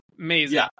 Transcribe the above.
Amazing